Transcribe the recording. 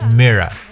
mirror